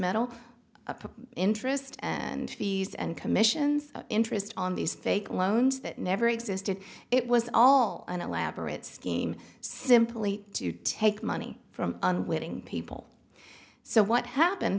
metal interest and fees and commissions interest on these fake loans that never existed it was all an elaborate scheme simply to take money from unwitting people so what happened